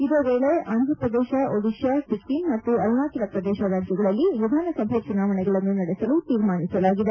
ಇದೇ ವೇಳೆ ಆಂಧ್ರ ಪ್ರದೇಶ ಒಡಿಶಾ ಸಿಕ್ಕಿಂ ಮತ್ತು ಅರುಣಾಚಲ ಪ್ರದೇಶ ರಾಜ್ಲಗಳಲ್ಲಿ ವಿಧಾನಸಭೆ ಚುನಾವಣೆಗಳನ್ನು ನಡೆಸಲು ತೀರ್ಮಾನಿಸಲಾಗಿದೆ